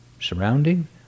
surrounding